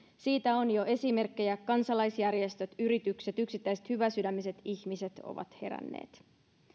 siitä on jo esimerkkejä kansalaisjärjestöt yritykset yksittäiset hyväsydämiset ihmiset ovat heränneet